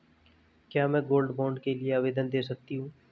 क्या मैं gold bond के लिए आवेदन दे सकती हूँ?